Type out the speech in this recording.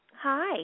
Hi